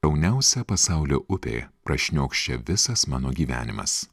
jauniausia pasaulio upė prašniokščia visas mano gyvenimas